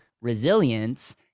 resilience